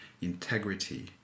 integrity